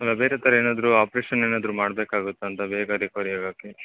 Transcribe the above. ಅಲ್ಲ ಬೇರೆ ಥರ ಏನಾದರು ಆಪ್ರೇಷನ್ ಏನಾದರು ಮಾಡಬೇಕಾಗುತ್ತಾ ಅಂತ ಬೇಗ ರಿಕವರಿ ಆಗೋಕೆ